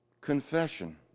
Confession